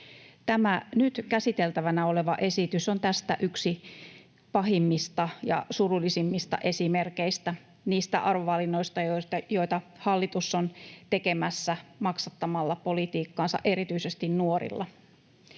Tämä nyt käsiteltävänä oleva esitys on tästä yksi pahimmista ja surullisimmista esimerkeistä — niistä arvovalinnoista, joita hallitus on tekemässä maksattamalla politiikkaansa erityisesti nuorilla.